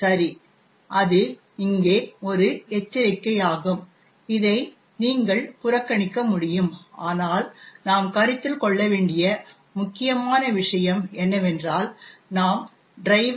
சரி அது இங்கே ஒரு எச்சரிக்கையாகும் இதை நீங்கள் புறக்கணிக்க முடியும் ஆனால் நாம் கருத்தில் கொள்ள வேண்டிய முக்கியமான விஷயம் என்னவென்றால் நாம் driver